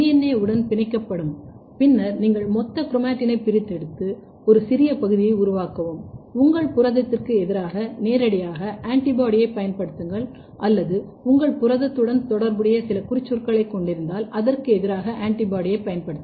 ஏ உடன் பிணைக்கப்படும் பின்னர் நீங்கள் மொத்த குரோமாடினைப் பிரித்தெடுத்து ஒரு சிறிய பகுதியை உருவாக்கவும் உங்கள் புரதத்திற்கு எதிராக நேரடியாக ஆன்டிபாடியைப் பயன்படுத்துங்கள் அல்லது உங்கள் புரதத்துடன் தொடர்புடைய சில குறிச்சொற்களைக் கொண்டிருந்தால் அதற்கு எதிராக ஆன்டிபாடியைப் பயன்படுத்துங்கள்